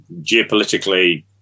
geopolitically